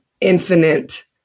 infinite